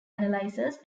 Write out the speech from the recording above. analyses